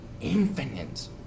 infinite